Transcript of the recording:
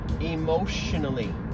emotionally